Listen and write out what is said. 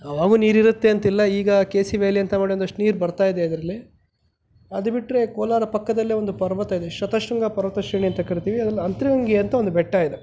ಯಾವಾಗ್ಲೂ ನೀರು ಇರುತ್ತೆ ಅಂತ ಇಲ್ಲ ಈಗ ಕೆ ಸಿ ಬಿ ಅಲ್ಲಿ ಅಂತ ಮಾಡಿ ಒಂದಷ್ಟು ನೀರು ಬರ್ತಾ ಇದೆ ಅದರಲ್ಲಿ ಅದು ಬಿಟ್ಟರೆ ಕೋಲಾರ ಪಕ್ಕದಲ್ಲೇ ಒಂದು ಪರ್ವತ ಇದೆ ಶತಶೃಂಗ ಪರ್ವತ ಶಿಲೆ ಅಂತ ಕರೀತೀವಿ ಅದ್ರಲ್ಲಿ ಅಂತ್ರಗಂಗೆ ಅಂತ ಒಂದು ಬೆಟ್ಟ ಇದೆ